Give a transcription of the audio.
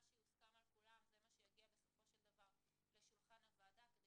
מה שיוסכם על כולם זה מה שיגיע בסופו של דבר לשולחן הוועדה כדי